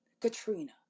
Katrina